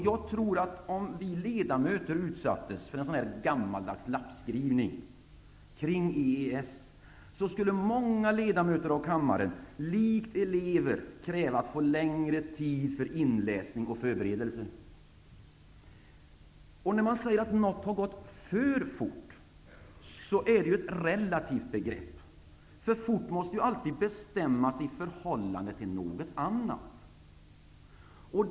Jag tror att om vi ledamöter utsattes för en gammaldags lappskrivning kring EES, skulle många ledamöter av kammaren, likt elever, kräva att få längre tid för att inläsning och förberedelser. När man säger att något har gått för fort är det ett relativt begrepp, eftersom fort alltid måste bestämmas i förhållande till något annat.